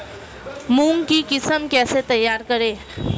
मूंग की किस्म कैसे तैयार करें?